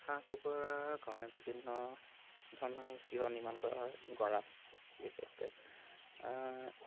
হাঁহ কুকুৰাৰ কাৰণে বিভিন্ন ধৰণৰ গৃহ নিৰ্মাণ কৰা হয় গৰাঁল বিশেষকৈ